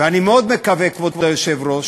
ואני מאוד מקווה, אדוני היושב-ראש,